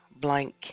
blank